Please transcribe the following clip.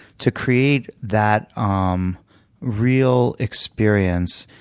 to create that um real experience,